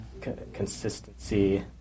consistency